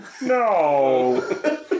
no